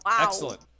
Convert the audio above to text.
Excellent